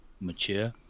mature